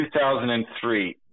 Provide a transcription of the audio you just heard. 2003